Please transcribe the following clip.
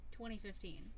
2015